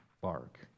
bark